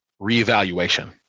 reevaluation